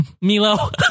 milo